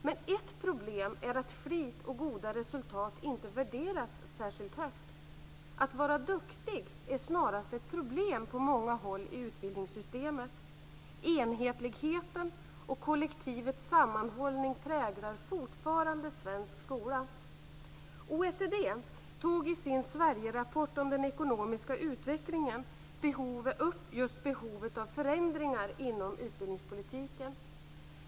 Men ett problem är att flit och goda resultat inte värderas särskilt högt. Att vara duktig är snarast ett problem på många håll i utbildningssystemet. Enhetligheten och kollektivets sammanhållning präglar fortfarande svensk skola. OECD tog i sin Sverigerapport om den ekonomiska utvecklingen upp just behovet av förändringar inom utbildningspolitiken.